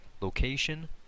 location